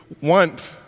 want